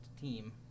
team